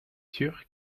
sûr